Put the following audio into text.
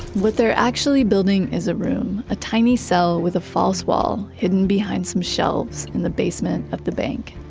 what they're actually building is a room. a tiny cell with a false wall hidden behind some shelves in the basement of the bank.